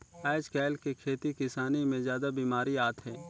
आयज कायल के खेती किसानी मे जादा बिमारी आत हे